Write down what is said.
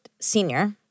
Senior